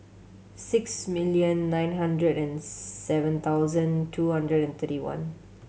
six million nine hundred and seven thousand two hundred and thirty one